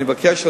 אני מבקש,